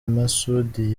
masoudi